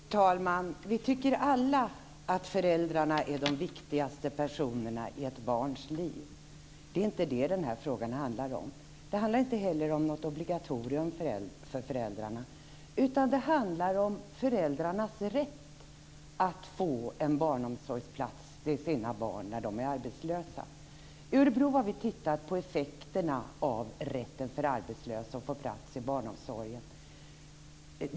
Fru talman! Vi tycker alla att föräldrarna är de viktigaste personerna i ett barns liv. Det är inte det den här frågan handlar om. Den handlar inte heller om något obligatorium för föräldrarna. Den handlar om föräldrarnas rätt att när de är arbetslösa få en barnomsorgsplats till sina barn. I Örebro har vi tittat närmare på effekterna av rätten för arbetslösa att få plats i barnomsorgen.